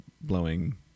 blowing